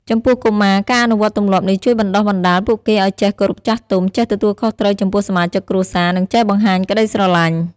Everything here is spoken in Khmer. ចំពោះកុមារ ការអនុវត្តទម្លាប់នេះជួយបណ្ដុះបណ្ដាលពួកគេឲ្យចេះគោរពចាស់ទុំ ចេះទទួលខុសត្រូវចំពោះសមាជិកគ្រួសារ និងចេះបង្ហាញក្ដីស្រឡាញ់។